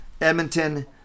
Edmonton